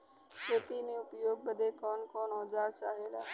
खेती में उपयोग बदे कौन कौन औजार चाहेला?